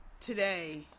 today